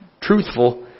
truthful